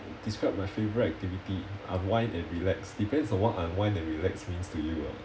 describe my favourite activity unwind and relax depends on what unwind and relax means to you ah